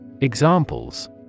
Examples